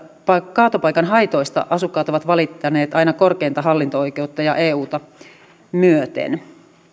kaatopaikan haitoista asukkaat ovat valittaneet aina korkeinta hallinto oikeutta ja euta myöten